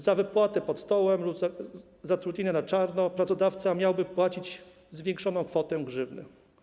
Za wypłaty pod stołem lub zatrudnianie na czarno pracodawca miałby płacić zwiększoną kwotę grzywny.